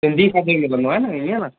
सिंधी खाधो ई मिलंदो आहे न ईअं न